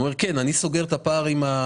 אם סוגרים את הפער רק